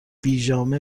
پیژامه